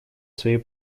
свои